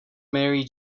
marry